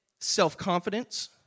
self-confidence